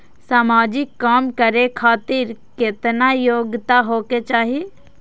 समाजिक काम करें खातिर केतना योग्यता होके चाही?